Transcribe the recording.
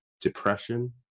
depression